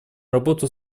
работу